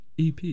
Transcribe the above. EP